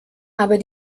aber